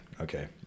Okay